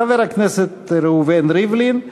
חבר הכנסת ראובן ריבלין,